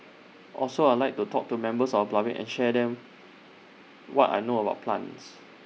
also I Like to talk to members of public and share them what I know about plants